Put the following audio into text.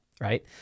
right